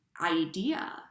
idea